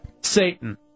Satan